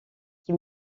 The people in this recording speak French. qui